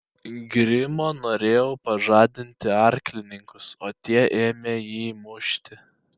grimo norėjo pažadinti arklininkus o tie ėmė jį mušti